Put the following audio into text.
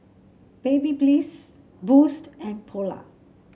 Babyliss Boost and Polar